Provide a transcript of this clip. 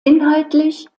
inhaltlich